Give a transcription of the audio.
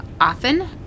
often